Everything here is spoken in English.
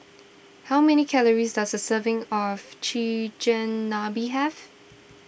how many calories does a serving of Chigenabe have